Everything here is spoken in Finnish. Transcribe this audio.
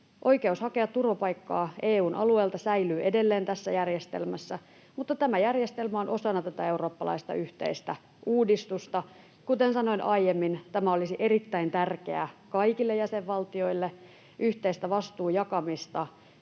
oikeus hakea turvapaikkaa EU:n alueelta, mutta tämä järjestelmä on osana tätä eurooppalaista yhteistä uudistusta. Kuten sanoin aiemmin, tämä olisi erittäin tärkeää kaikille jäsenvaltioille — yhteistä vastuun jakamista,